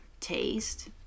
taste